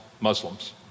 Muslims